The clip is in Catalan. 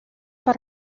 per